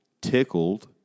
tickled